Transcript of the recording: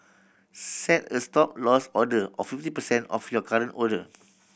set a Stop Loss order of fifty percent of your current order